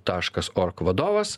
taškas org vadovas